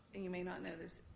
and you may not know this,